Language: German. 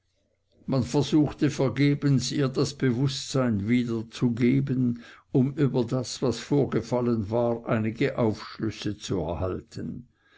man versuchte vergebens ihr das bewußtsein wiederzugeben um über das was vorgefallen war einige aufschlüsse zu erhalten